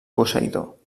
posseïdor